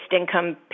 income